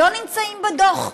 הן לא נמצאות בדוח,